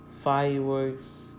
fireworks